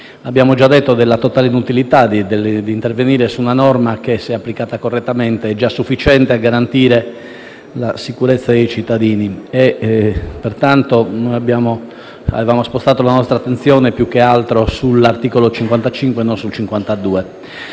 Abbiamo già detto della totale inutilità di intervenire su una norma che, se applicata correttamente, è già sufficiente a garantire la sicurezza dei cittadini. Pertanto, avevamo spostato la nostra attenzione più che altro sull' articolo 55 e non sul 52.